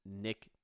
Nick